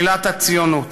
שלילת הציונות.